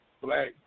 black